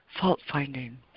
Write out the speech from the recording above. fault-finding